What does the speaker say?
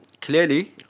Clearly